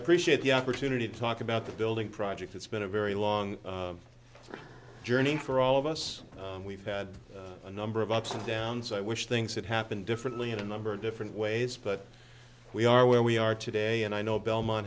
appreciate the opportunity to talk about the building project it's been a very long journey for all of us and we've had a number of ups and downs i wish things had happened differently in a number of different ways but we are where we are today and i know belmont